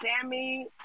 Sammy